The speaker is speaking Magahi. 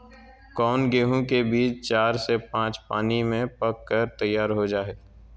कौन गेंहू के बीज चार से पाँच पानी में पक कर तैयार हो जा हाय?